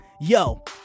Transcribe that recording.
Yo